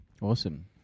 Awesome